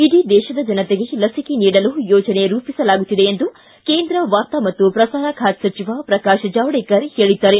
ಇಡೀ ದೇಶದ ಜನತೆಗೆ ಲಸಿಕೆ ನೀಡಲು ಯೋಜನೆ ರೂಪಿಸಲಾಗುತ್ತಿದೆ ಎಂದು ಕೇಂದ್ರ ವಾರ್ತಾ ಮತ್ತು ಪ್ರಸಾರ ಬಾತೆ ಸಚಿವ ಪ್ರಕಾಶ್ ಜಾವಡೇಕರ್ ಹೇಳಿದ್ದಾರೆ